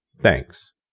Thanks